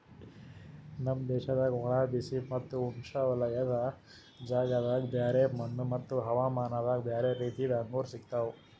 ನಮ್ ದೇಶದಾಗ್ ಒಣ, ಬಿಸಿ ಮತ್ತ ಉಷ್ಣವಲಯದ ಜಾಗದಾಗ್ ಬ್ಯಾರೆ ಮಣ್ಣ ಮತ್ತ ಹವಾಮಾನದಾಗ್ ಬ್ಯಾರೆ ರೀತಿದು ಅಂಗೂರ್ ಸಿಗ್ತವ್